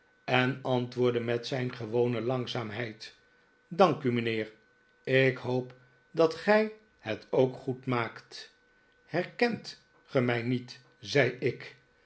en antwoordde met zijn gewone langzaamheid dank u mijnheer ik hoop dat gij het ook goed maakt herkent ge mij niet zei ik